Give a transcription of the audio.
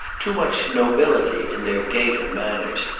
too much nobility in their gait and manners,